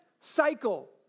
cycle